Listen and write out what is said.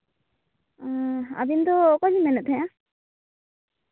ᱦᱩᱸ ᱟᱵᱮᱱ ᱫᱚ ᱚᱠᱚᱭᱵᱮᱱ ᱢᱮᱱᱮᱫ ᱛᱟᱦᱮᱸᱱᱟ